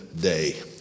day